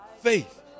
faith